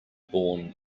born